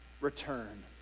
return